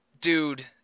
Dude